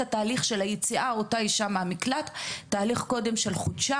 את תהליך היציאה של האישה מן המקלט במשך חודשיים,